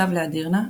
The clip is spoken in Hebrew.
שב לאדירנה,